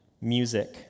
music